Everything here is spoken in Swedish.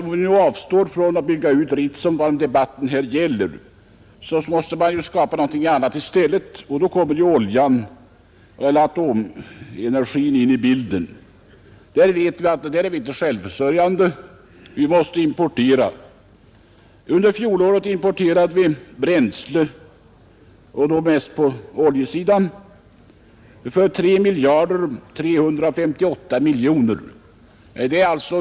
Om vi nu avstår från att bygga ut Ritsem, vilket debatten här gäller, måste man skapa något annat i stället. Då kommer oljan och atomenergin in i bilden. Där vet vi att vi inte är självförsörjande. Vi måste importera. Under fjolåret importerade vi bränsle, då mest olja, för 3 358 miljoner kronor.